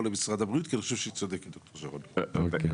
משרד הבריאות כי אני חושב שדוקטור שרון צודקת.